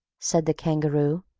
said the kangaroo,